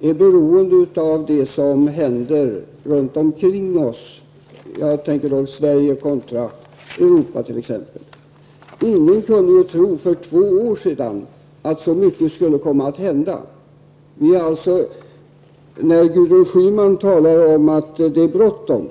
är beroende av vad som händer runt omkring oss och våra relationer med det övriga Europa. Ingen kunde ju för två år sedan tro att så mycket av det som hänt verkligen skulle hända. Gudrun Schyman säger att det är bråttom.